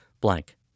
blank